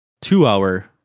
two-hour